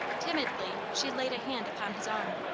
timidly she laid a hand upon his arm.